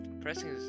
pressing